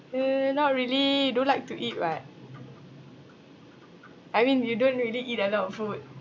uh not really don't like to eat [what] I mean you don't really eat a lot of food